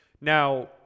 Now